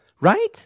right